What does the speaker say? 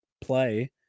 play